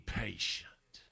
patient